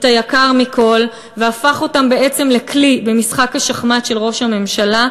היקר מכול והפך אותם בעצם לכלי במשחק השחמט של ראש הממשלה.